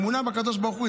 אמונה בקדוש ברוך הוא,